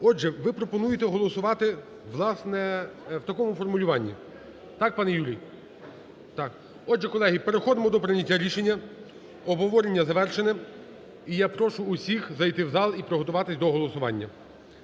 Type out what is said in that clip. Отже, ви пропонуєте голосувати, власне, в такому формулюванні. Так, пане Юрій? Так. Отже, колеги, переходимо до прийняття рішення. Обговорення завершене. І я прошу усіх зайти в зал і приготуватись до голосування.